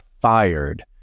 fired